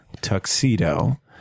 tuxedo